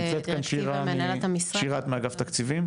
נמצאת כאן שירה מאגף תקציבים?